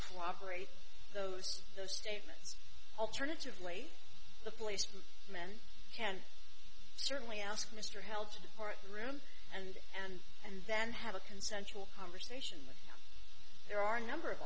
fly operate those those statements alternatively the police men can certainly ask mr hell to depart the room and and and then have a consensual conversation with there are a number of